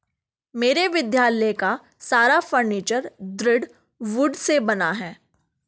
मेरे विद्यालय का सारा फर्नीचर दृढ़ वुड से बना है